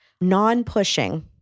non-pushing